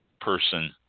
person –